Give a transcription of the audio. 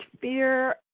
fear